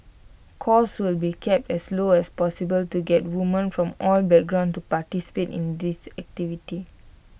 costs will be kept as low as possible to get women from all backgrounds to participate in this activities